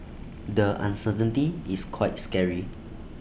the uncertainty is quite scary